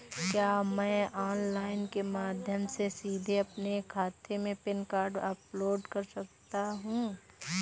क्या मैं ऑनलाइन के माध्यम से सीधे अपने खाते में पैन कार्ड अपलोड कर सकता हूँ?